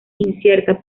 incierta